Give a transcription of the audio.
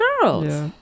girls